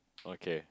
okay